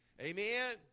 Amen